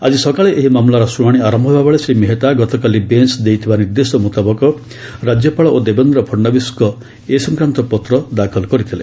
ଆଜି ସକାଳେ ଏହି ମାମଲାର ଶୁଣାଣି ଆରମ୍ଭ ହେବାବେଳେ ଶ୍ରୀ ମେହେତା ଗତକାଲି ବେଞ୍ଚ ଦେଇଥିବା ନିର୍ଦ୍ଦେଶ ମୁତାବକ ରାଜ୍ୟପାଳ ଓ ଦେବେନ୍ଦ୍ର ଫଡ୍ନବୀଶଙ୍କ ଏ ସଂକ୍ରାନ୍ତ ପତ୍ର ଦାଖଲ କରିଥିଲେ